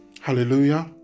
hallelujah